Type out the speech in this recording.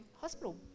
hospital